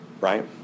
Right